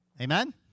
Amen